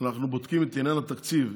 שאנחנו בודקים את עניין התקציב.